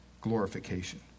Glorification